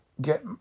get